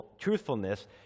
truthfulness